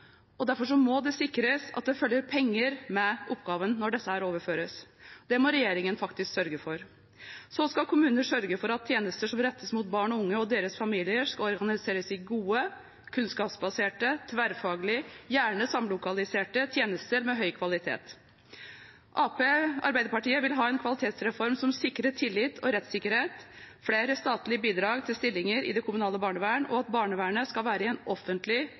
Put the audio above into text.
sørge for at tjenester som rettes mot barn og unge og deres familier, skal organiseres i gode, kunnskapsbaserte, tverrfaglige, gjerne samlokaliserte tjenester med høy kvalitet. Arbeiderpartiet vil ha en kvalitetsreform som sikrer tillit og rettssikkerhet, flere statlige bidrag til stillinger i det kommunale barnevernet, og at barnevernet skal være i en offentlig